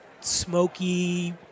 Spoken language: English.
smoky